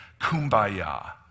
kumbaya